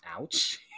Ouch